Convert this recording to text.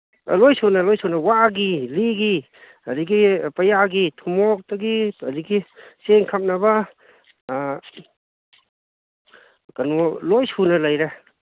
ꯑꯥ ꯂꯣꯏꯅ ꯁꯨꯅ ꯂꯣꯏꯅ ꯁꯨꯅ ꯋꯥꯒꯤ ꯂꯤꯒꯤ ꯑꯗꯒꯤ ꯄꯌꯥꯒꯤ ꯊꯨꯃꯣꯛꯇꯒꯤ ꯑꯗꯒꯤ ꯆꯦꯡ ꯈꯞꯅꯕ ꯀꯩꯅꯣ ꯂꯣꯏꯅ ꯁꯨꯅ ꯂꯩꯔꯦ